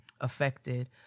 affected